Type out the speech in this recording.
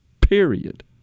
period